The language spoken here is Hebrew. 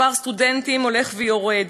מספר הסטודנטים הולך ויורד,